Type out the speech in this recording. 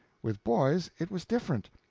with boys it was different.